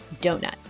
donut